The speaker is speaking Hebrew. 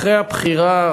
אחרי הבחירה,